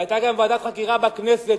היתה גם ועדת חקירה בכנסת,